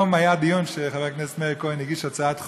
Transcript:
היום היה דיון, חבר הכנסת מאיר כהן הגיש הצעת חוק,